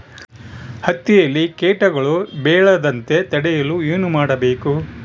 ಹತ್ತಿಯಲ್ಲಿ ಕೇಟಗಳು ಬೇಳದಂತೆ ತಡೆಯಲು ಏನು ಮಾಡಬೇಕು?